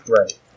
Right